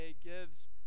gives